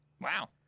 Wow